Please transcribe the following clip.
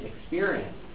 experience